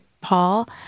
Paul